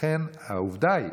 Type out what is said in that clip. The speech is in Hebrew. לכן העובדה היא